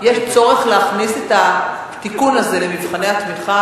צריך להכניס את התיקון הזה למבחני התמיכה,